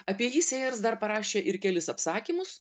apie jį sėjers dar parašė ir kelis apsakymus